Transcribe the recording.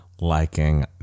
liking